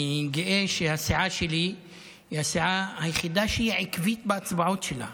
אני גאה שהסיעה שלי היא הסיעה היחידה העקבית בהצבעות שלה.